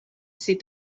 said